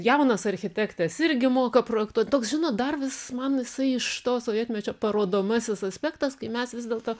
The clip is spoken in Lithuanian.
jaunas architektas irgi moka projektuot toks žinot dar vis man jisai iš to sovietmečio parodomasis aspektas kai mes vis dėlto